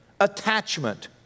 attachment